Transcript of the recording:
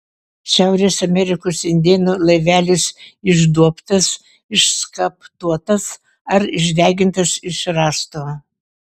šiaurės amerikos indėnų laivelis išduobtas išskaptuotas ar išdegintas iš rąsto